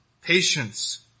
patience